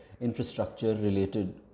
infrastructure-related